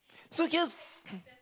so here